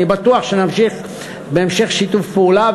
אני בטוח שנמשיך בשיתוף הפעולה.